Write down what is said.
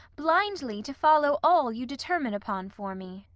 blindly to follow all you determine upon for me.